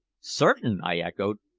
certain? i echoed.